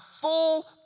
full